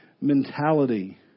mentality